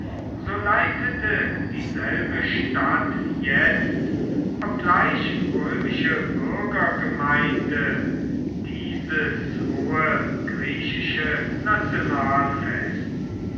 so leitete dieselbe stadt jetzt obgleich römische bürgergemeinde dieses hohe griechische